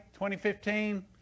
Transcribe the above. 2015